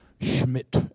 Schmidt